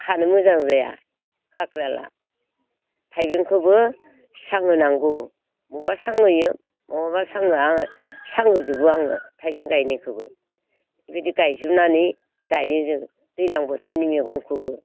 खानो मोजां जाया खाख्राला थायबेंखौबो सां होनांगौ बबावबा सां होयो बबावबा सां होआ सां होजोबो आङो थायबें गायनायखौबो बिदि गायजोबनानै जायो जों दैज्लां बोथोरनि मैगंखौबो